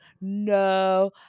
no